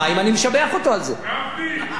גפני, גפני, מה אתה צוחק?